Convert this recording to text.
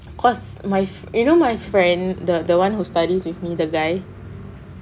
because my you know my friend the the [one] who studies with me the guy